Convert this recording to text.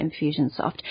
Infusionsoft